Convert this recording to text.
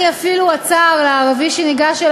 אני אומר שזה אותו